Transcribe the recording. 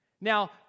Now